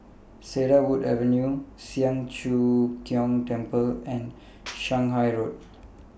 Cedarwood Avenue Siang Cho Keong Temple and Shanghai Road